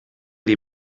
die